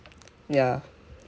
ya